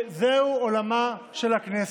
זהו עולמה של הכנסת,